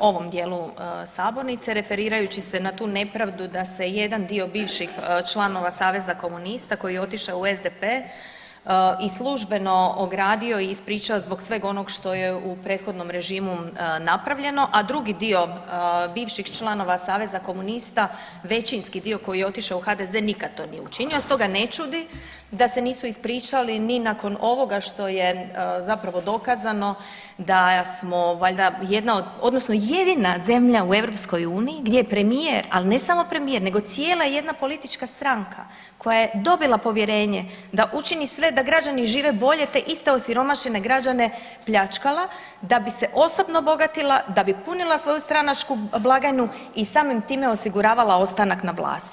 ovom dijelu Sabornice, referirajući se na tu nepravdu da se jedan dio bivših članova Saveza komunista, koji je otišao u SDP i službeno ogradio i ispričao zbog sveg onog što je u prethodnom režimu napravljeno, a drugi dio bivših članova Saveza komunista, većinski dio koji je otišao u HDZ nikad to nije učinio, stoga ne čudi da se nisu ispričali ni nakon ovoga što je, zapravo dokazano, da smo valjda, odnosno jedina zemlja u Europskoj uniji gdje premijer, ali ne samo premijer, nego cijela jedna politička stranka, koja je dobila povjerenje da učini sve da građani žive bolje, te iste osiromašene građane pljačkala, da bi se osobno bogatila, da bi punila svoju stranačku blagajnu i samim time osiguravala ostanak na vlasti.